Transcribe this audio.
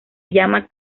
llama